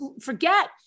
forget